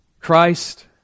Christ